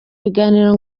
biganiro